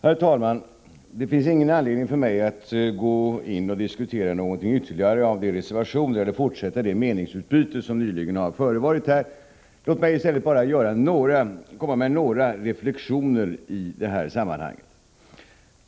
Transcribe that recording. Herr talman! Det finns ingen anledning för mig att ytterligare diskutera reservationerna eller fortsätta det meningsutbyte som har förevarit här. Låt mig i stället bara anföra några reflexioner i det här sammanhanget.